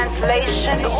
Translation